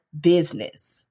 business